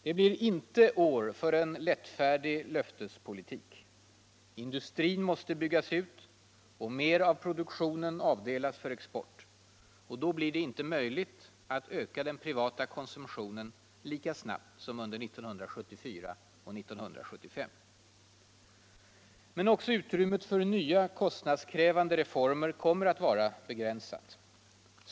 Det blir inte år för en lättfärdig löftespolitik. Industrin måste byggas ut och mer av produktionen avdelas för export. Och då blir det inte möjligt att öka den privata konsumtionen lika snabbt som under 1974 och 1975. Men också utrymmet för nya, kostnadskrävande reformer kommer att vara begränsat.